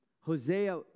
Hosea